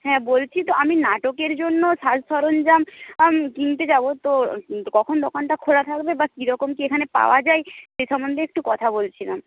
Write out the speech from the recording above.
হ্যাঁ বলছি তো আমি নাটকের জন্য সাজ সরঞ্জাম আম কিনতে যাব তো কখন দোকানটা খোলা থাকবে বা কীরকম কী এখানে পাওয়া যায় সে সম্বন্ধে একটু কথা বলছিলাম